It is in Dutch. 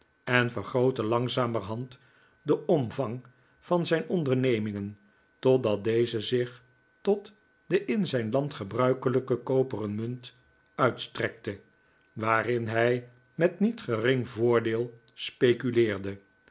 en vergrootte langzamerhand den omvang van zijn ondernemingen totdat deze zich tot de in zijn land gebruikelijke koperen munt uitstrekte waarin hij met niet gering voordeel speculeerde